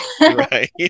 Right